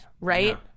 Right